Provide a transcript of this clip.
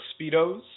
speedos